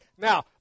Now